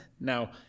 Now